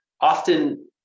often